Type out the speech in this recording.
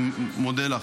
אני מודה לך.